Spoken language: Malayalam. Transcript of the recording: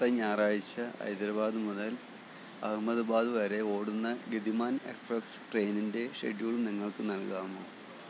അടുത്ത ഞായറാഴ്ച ഹൈദരാബാദ് മുതൽ അഹമ്മദാബാദ് വരെ ഓടുന്ന ഗതിമാൻ എക്സ്പ്രസ്സ് ട്രെയിനിൻ്റെ ഷെഡ്യൂൾ നിങ്ങൾക്ക് നൽകാമോ